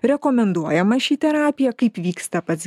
rekomenduojama ši terapija kaip vyksta pats